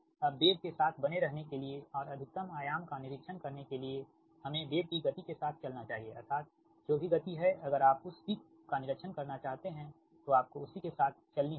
अब वेव के साथ बने रहने के लिए और अधिकतम परिमाण का निरीक्षण करने के लिए हमें वेव की गति के साथ चलना चाहिए अर्थात जो भी गति है अगर आप उस पीक का निरीक्षण करना चाहते हैं तो आपको उसी के साथ चलनी होगी